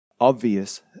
obvious